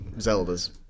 Zelda's